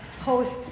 host